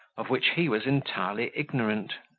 of which he was entirely ignorant.